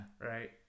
Right